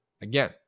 Again